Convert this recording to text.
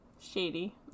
shady